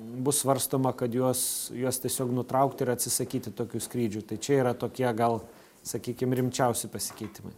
bus svarstoma kad juos juos tiesiog nutraukti ir atsisakyti tokių skrydžių tai čia yra tokie gal sakykim rimčiausi pasikeitimai